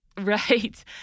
Right